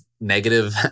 negative